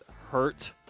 hurt